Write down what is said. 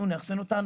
אנחנו נאחסן אותן.